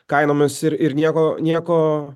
kainomis ir ir nieko nieko